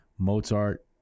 Mozart